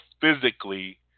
physically